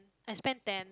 I spend ten